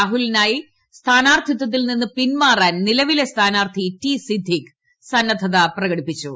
രാഹുലിനായി സ്ഥാനാർത്ഥിത്വത്തിൽ നിന്ന് പിൻമാറാൻ നിലവിലെ സ്ഥാനാർത്ഥി ടി സിദ്ദിഖ് സന്നദ്ധത പ്രകടിപ്പിച്ചു